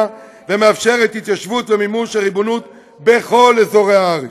ומאפשרת התיישבות ומימוש הריבונות בכל אזורי הארץ.